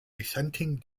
dissenting